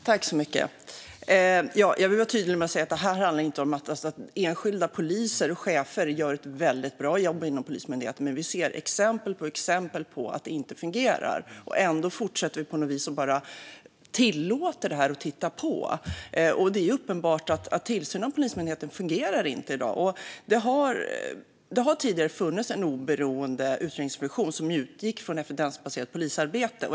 Herr ålderspresident! Jag vill vara tydlig med att enskilda poliser och chefer gör ett väldigt bra jobb inom Polismyndigheten. Men vi ser exempel på exempel på att det inte fungerar. Ändå tillåter vi det fortsätta och tittar bara på. Det är uppenbart att tillsynen av Polismyndigheten inte fungerar i dag. Det har tidigare funnits en oberoende utredningsfunktion som utgick från evidensbaserat polisarbete.